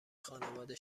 خانواده